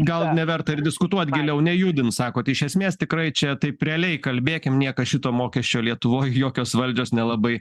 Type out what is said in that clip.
gal neverta ir diskutuot giliau nejudint sakot iš esmės tikrai čia taip realiai kalbėkim niekas šito mokesčio lietuvoj jokios valdžios nelabai